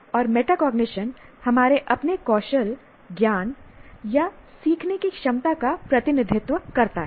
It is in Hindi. और मेटाकॉग्निशन हमारे अपने कौशल ज्ञान या सीखने की क्षमता का प्रतिनिधित्व करता है